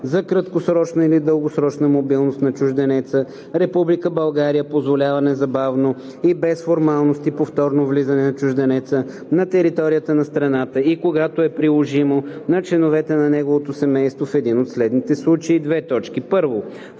за краткосрочна или дългосрочна мобилност на чужденеца, Република България позволява незабавно и без формалности повторно влизане на чужденеца на територията на страната и когато е приложимо – на членовете на неговото семейство, в един от следните случаи: 1. втората